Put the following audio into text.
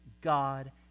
God